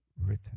written